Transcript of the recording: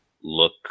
look